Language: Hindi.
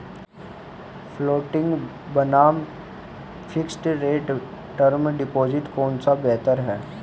फ्लोटिंग बनाम फिक्स्ड रेट टर्म डिपॉजिट कौन सा बेहतर है?